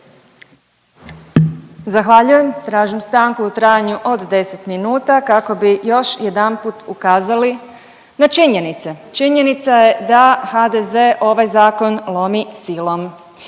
Zahvaljujem. Tražim stanku u trajanju od 10 minuta kako bi još jedanput ukazali na činjenice. Činjenica je da HDZ ovaj zakon lomi silom.